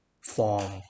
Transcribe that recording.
form